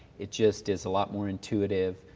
it just is a lot more intuitive.